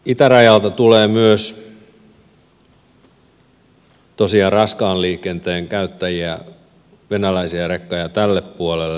itärajalta tulee myös tosiaan raskaan liikenteen käyttäjiä venäläisiä rekkoja tälle puolelle